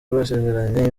basezeranye